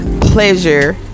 pleasure